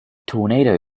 tornado